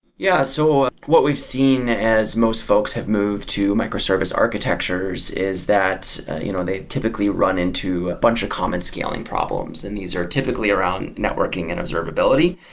yeah. so, what we've seen as most folks have moved to microservice architectures is that you know they typically run into a bunch of comment scaling problems, and these are typically around networking and observability,